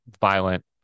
violent